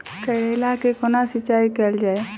करैला केँ कोना सिचाई कैल जाइ?